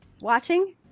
watching